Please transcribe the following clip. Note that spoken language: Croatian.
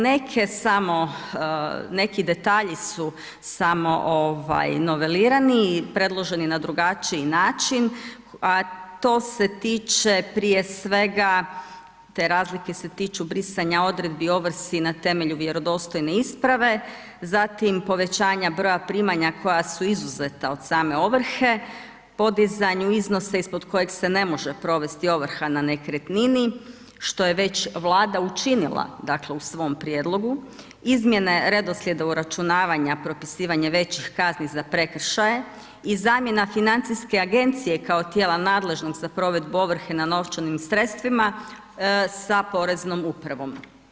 Neke samo, neki detalji su samo novelirani i predloženi na drugačiji način, a to se tiče prije svega te razlike se tiču brisanja odredbi o ovrsi na temelju vjerodostojne isprave, zatim povećanja broja primanja koja su izuzeta od same ovrhe, podizanju iznosa ispod kojeg se ne može provesti ovrha na nekretnini što je već Vlada učinila dakle u svom prijedlogu, izmjene redoslijeda uračunavanja propisivanje većih kazni za prekršaje i zamjena Financijske agencije kao tijela nadležnog za provedbu ovrhe na novčanim sredstvima sa Poreznom upravom.